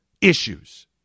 issues